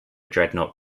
dreadnought